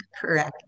Correct